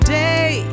day